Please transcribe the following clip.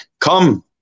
come